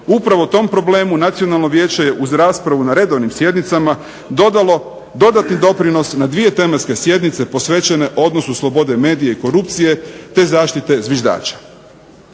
Upravo o tom problemu Nacionalno vijeće je uz raspravu na redovnim sjednicama dodalo dodatni doprinos na dvije tematske sjednice posvećene odnosu slobode medija i korupcije, te zaštite zviždača.